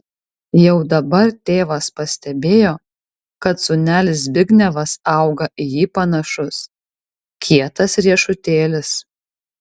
jau dabar tėvas pastebėjo kad sūnelis zbignevas auga į jį panašus kietas riešutėlis